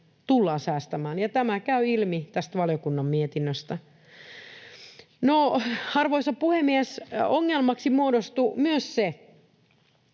tämä käy ilmi tästä valiokunnan mietinnöstä. Arvoisa puhemies! Ongelmaksi muodostui myös se,